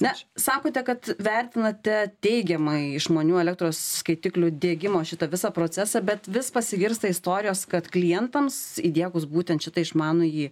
na sakote kad vertinate teigiamai išmanių elektros skaitiklių diegimo šitą visą procesą bet vis pasigirsta istorijos kad klientams įdiegus būtent šitą išmanųjį